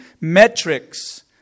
metrics